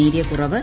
നേരിയ കുറവ്